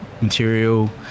material